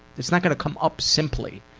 it's not gonna come up simply.